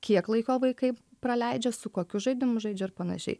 kiek laiko vaikai praleidžia su kokiu žaidimu žaidžia ir panašiai